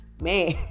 man